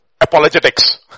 apologetics